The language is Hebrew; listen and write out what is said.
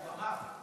הוא אמר.